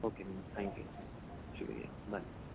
okay ma'am thank you شکریہ bye